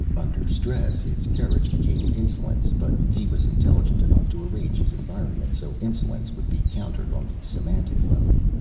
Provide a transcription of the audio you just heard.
under stress, his courage became insolence. but he was intelligent enough to arrange his environment so insolence would be countered on the semantic level.